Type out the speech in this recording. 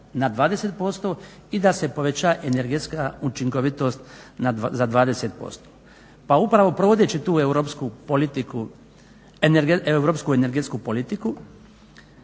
na 20% i da se poveća energetska učinkovitost za 20%. Pa upravo provodeći tu europsku energetsku politiku